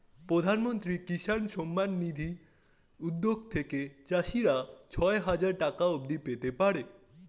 প্রধানমন্ত্রী কিষান সম্মান নিধি উদ্যোগ থেকে চাষিরা ছয় হাজার টাকা অবধি পেতে পারে